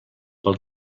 pel